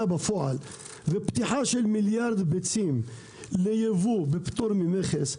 בפועל ופתיחה של מיליארד ביצים ליבוא בפטור ממכס,